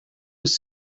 was